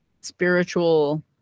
spiritual